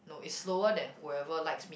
no is slower than whoever likes me